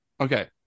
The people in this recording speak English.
okay